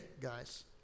guys